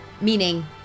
Meaning